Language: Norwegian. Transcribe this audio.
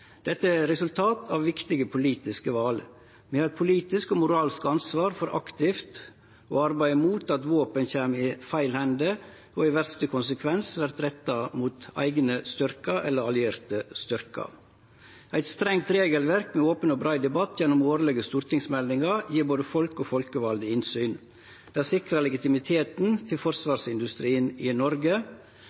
Dette er eit resultat av viktige politiske val. Vi har eit politisk og moralsk ansvar for aktivt å arbeide mot at våpen kjem i feil hender og i verste konsekvens vert retta mot eigne eller allierte styrkar. Eit strengt regelverk med open og brei debatt gjennom årlege stortingsmeldingar gjev både folk og folkevalde innsyn, og det sikrar legitimiteten til forsvarsindustrien i Noreg.